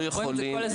רואים את זה כל הזמן.